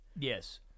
Yes